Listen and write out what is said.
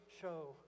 show